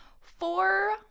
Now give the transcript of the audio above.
four